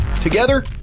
Together